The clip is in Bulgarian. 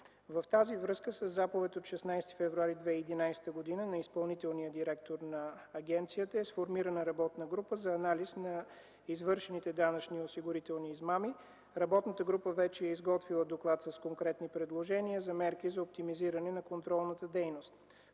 В тази връзка със Заповед от 16 февруари 2011 г. на изпълнителния директор на агенцията е сформирана работна група за анализ на извършените данъчно-осигурителни измами. Работната група вече е изготвила доклад с конкретни предложения за мерки за оптимизиране на контролната дейност.